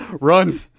Run